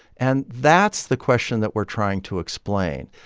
and that's the question that we're trying to explain.